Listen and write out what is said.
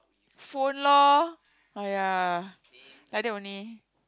phone lor !aiya! like that only